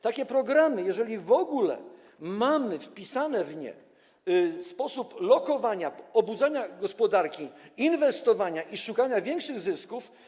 Takie programy, jeżeli w ogóle mamy wpisany w nie sposób lokowania, budzenia gospodarki, inwestowania i szukania większych zysków.